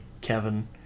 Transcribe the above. Kevin